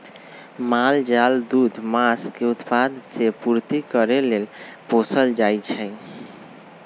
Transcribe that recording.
माल जाल दूध, मास के उत्पादन से पूर्ति करे लेल पोसल जाइ छइ